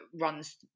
runs